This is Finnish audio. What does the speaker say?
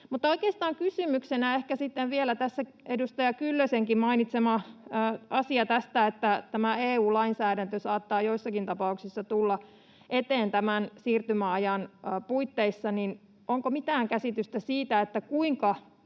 tästä edustaja Kyllösenkin mainitsemasta asiasta, että EU-lainsäädäntö saattaa joissakin tapauksissa tulla eteen tämän siirtymäajan puitteissa: onko mitään käsitystä siitä,